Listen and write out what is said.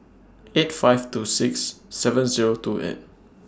eight five two six seven Zero two eight